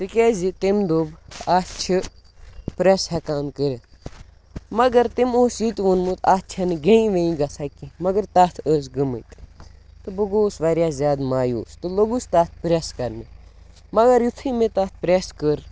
تِکیٛازِ تٔمۍ دوٚپ اَتھ چھِ پرٛٮ۪س ہٮ۪کان کٔرِتھ مگر تٔمۍ اوس یہِ تہِ ووٚنمُت اَتھ چھَنہٕ گیٚنۍ ویٚنۍ گژھان کیٚنٛہہ مگر تَتھ ٲس گٔمٕتۍ تہٕ بہٕ گوٚوُس واریاہ زیادٕ مایوٗس تہٕ لوٚگُس تَتھ پرٛٮ۪س کَرنہِ مگر یُتھُے مےٚ تَتھ پرٛٮ۪س کٔر